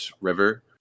River